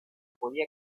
podía